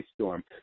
storm